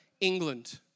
England